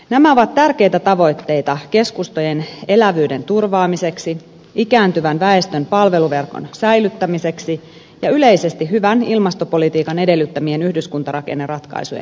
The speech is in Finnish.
nämä ovat tärkeitä tavoitteita keskustojen elävyyden turvaamiseksi ikääntyvän väestön palveluverkon säilyttämiseksi ja yleisesti hyvän ilmastopolitiikan edellyttämien yhdyskuntarakenneratkaisujen edistämiseksi